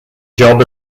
job